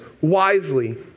wisely